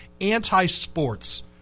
anti-sports